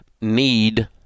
need